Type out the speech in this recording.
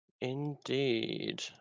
Indeed